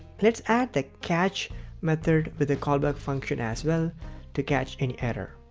let's add the catch method with a callback function as well to catch any error.